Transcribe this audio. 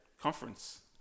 conference